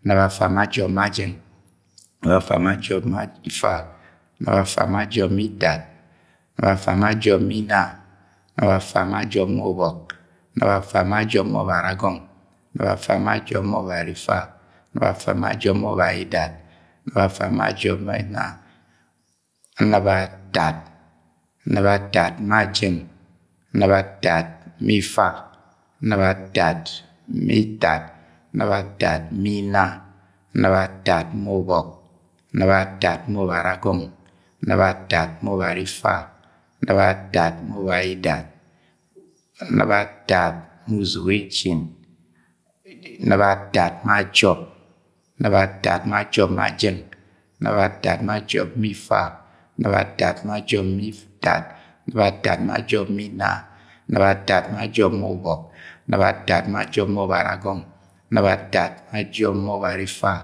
Anɨb afa ma jọp ma jẹng. Anɨb afa ma jọp ma ifa. Anɨb afa ma jọp ma itad. Anɨb afa ma jọp ma inna. Anɨb afa ma jọp ma ubọk. Anɨb afa ma jọp ma ubaraagong. Anɨb afa ma jọp ma ubari ifa. Anɨb afa ma jọp ma ubaidat. Anɨb atad. Anɨb atad ma jẹng. Anɨb atad ma ifa. Anɨb atad ma itad. Anɨb atad ma inna. Anɨb atad ma ubọk. Anɨb atad ma ubara agong. Anɨb atad ma ubari ifa. Anɨb atad ma uzuge jin. Anɨb atad ma jọp. Anɨb atad ma jọp ma jẹng. Anɨb atad ma jọp ma ifa. Anɨb atad ma jọp ma itad. Anɨb atad ma jọp ma inna. Anɨb atad ma jọp ma ubọk. Anɨb atad ma jọp ma ubara agong. Anɨb atad ma jọp ma ubari ifa.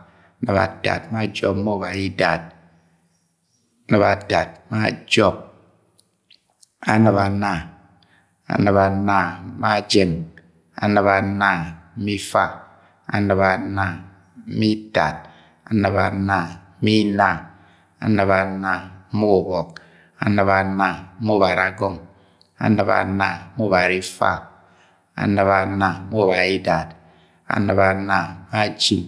Anɨb atad ma jọp ma ubaidat. Anɨb atad ma jọp. Anɨb anna. Anɨb anna ma jẹng. Anɨb anna ma ifa. Anɨb anna ma itad. Anɨb anna ma inna. Anɨb anna ma ubọk. Anɨb anna ma ubara agọng. Anɨb anna ma ubari ifa. Anɨb anna ma ubaidat. Anɨb anna ma jin